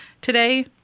today